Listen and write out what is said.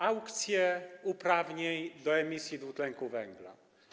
Aukcje uprawnień do emisji dwutlenku węgla.